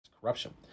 corruption